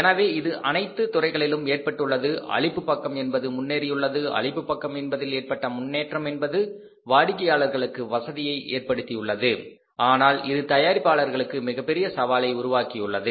எனவே இது அனைத்து துறைகளிலும் ஏற்பட்டுள்ளது அளிப்பு பக்கம் என்பது முன்னேறியுள்ளது அளிப்பு பக்கம் என்பதில் ஏற்பட்ட முன்னேற்றம் என்பது வாடிக்கையாளர்களுக்கு வசதியை ஏற்படுத்தியுள்ளது ஆனால் இது தயாரிப்பாளர்களுக்கு மிகப்பெரிய சவாலை உருவாக்கியுள்ளது